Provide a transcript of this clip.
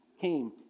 came